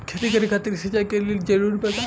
खेती करे खातिर सिंचाई कइल जरूरी बा का?